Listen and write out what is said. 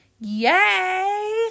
yay